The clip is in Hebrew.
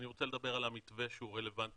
אני רוצה לדבר על המתווה שהוא רלוונטי